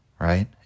right